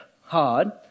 hard